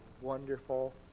wonderful